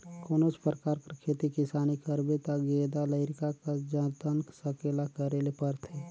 कोनोच परकार कर खेती किसानी करबे ता गेदा लरिका कस जतन संकेला करे ले परथे